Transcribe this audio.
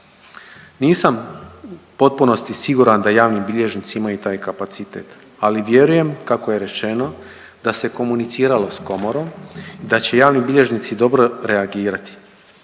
Nisam u potpunosti siguran da javni bilježnici imaju taj kapacitet, ali vjerujem kako je rečeno da se komuniciralo sa Komorom i da će javni bilježnici dobro reagirati.